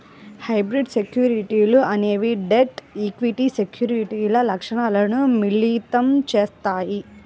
hybrid సెక్యూరిటీలు అనేవి debt, equity సెక్యూరిటీల లక్షణాలను మిళితం చేత్తాయి